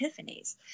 epiphanies